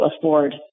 afford